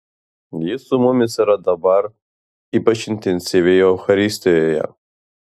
jis su mumis yra dabar ypač intensyviai eucharistijoje